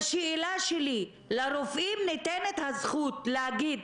השאלה שלי, לרופאים ניתנת הזכות להגיד: